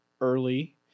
early